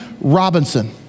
Robinson